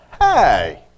hey